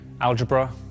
algebra